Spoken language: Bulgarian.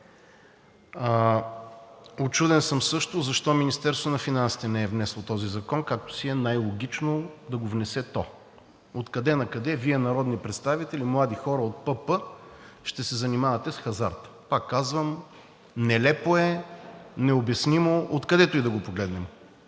Учуден съм също защо Министерството на финансите не е внесло този закон, както си е най-логично да го внесе то. Откъде накъде Вие, народни представители, млади хора от ПП, ще се занимавате с хазарт? Пак казвам: нелепо е, необяснимо откъдето и да го погледнем.